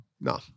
No